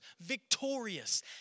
victorious